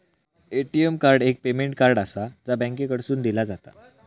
ATM card एक payment card आसा, जा बँकेकडसून दिला जाता